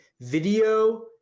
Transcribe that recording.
video